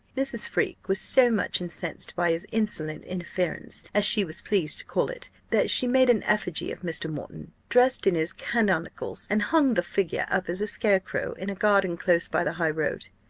mrs. freke was so much incensed by his insolent interference, as she was pleased to call it, that she made an effigy of mr. moreton dressed in his canonicals, and hung the figure up as a scarecrow in a garden close by the high road.